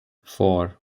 four